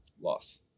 loss